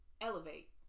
elevate